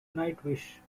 nightwish